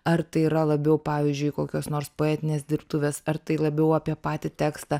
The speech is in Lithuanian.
ar tai yra labiau pavyzdžiui kokios nors poetinės dirbtuvės ar tai labiau apie patį tekstą